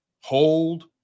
hold